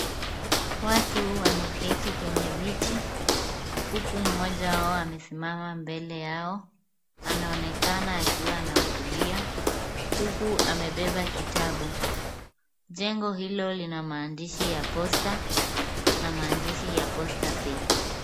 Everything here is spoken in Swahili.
Watu wameketi kwenye viti huku mmoja wao amesimama mbele yao. Anaonekana akiwa anahutubia huku amebeba kitabu. Jengo hilo lina maandishi ya Posta na maandishi ya Postapay.